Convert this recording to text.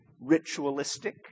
ritualistic